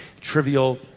Trivial